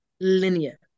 linear